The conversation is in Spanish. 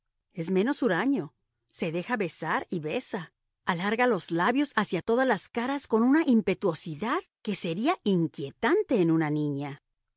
es menos huraño se deja besar y besa alarga los labios hacia todas las caras con una impetuosidad que sería inquietante en una niña